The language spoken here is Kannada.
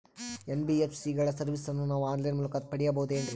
ಎನ್.ಬಿ.ಎಸ್.ಸಿ ಗಳ ಸರ್ವಿಸನ್ನ ನಾವು ಆನ್ ಲೈನ್ ಮೂಲಕ ಪಡೆಯಬಹುದೇನ್ರಿ?